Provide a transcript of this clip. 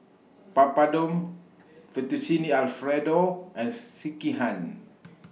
Papadum Fettuccine Alfredo and Sekihan